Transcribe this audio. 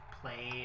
play